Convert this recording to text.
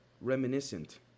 reminiscent